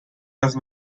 was